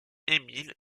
émile